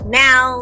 now